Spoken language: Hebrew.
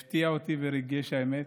הוא הפתיע אותי וריגש, האמת.